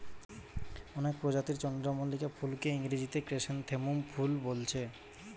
অনেক প্রজাতির চন্দ্রমল্লিকা ফুলকে ইংরেজিতে ক্র্যাসনথেমুম ফুল বোলছে